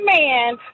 man